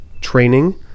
training